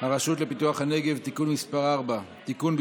הרשות לפיתוח הנגב (תיקון מס' 4) (תיקון,